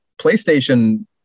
PlayStation